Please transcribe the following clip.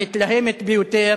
המתלהמת ביותר,